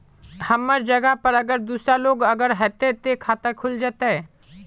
हमर जगह पर अगर दूसरा लोग अगर ऐते ते खाता खुल जते?